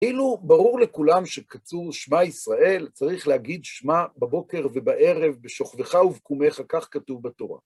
כאילו ברור לכולם שקצור שמע ישראל צריך להגיד שמע בבוקר ובערב בשוכבך ובקומך, כך כתוב בתורה.